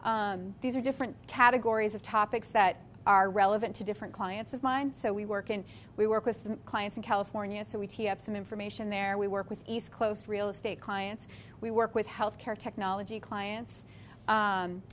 healthcare these are different categories of topics that are relevant to different clients of mine so we work and we work with clients in california so we have some information there we work with east close real estate clients we work with health care technology clients